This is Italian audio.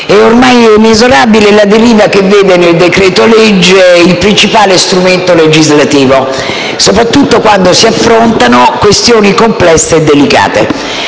è ormai inesorabile la deriva che vede nel decreto-legge il principale strumento legislativo, soprattutto quando si affrontano questioni complesse e delicate.